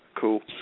cool